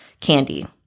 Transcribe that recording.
candy